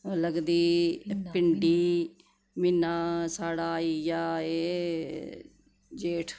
लगदी भिंडी म्हीना स्हाड़ा आई गेआ एह् जेठ